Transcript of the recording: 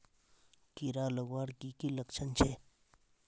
कीड़ा लगवार की की लक्षण छे?